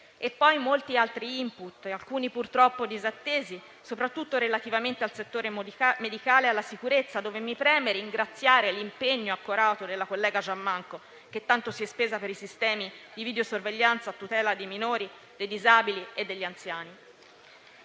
poi molti altri *input*, alcuni purtroppo disattesi, soprattutto relativamente al settore medicale e alla sicurezza, dove mi preme ringraziare l'impegno accorato della collega Giammanco, che tanto si è spesa per i sistemi di videosorveglianza a tutela dei minori, dei disabili e degli anziani.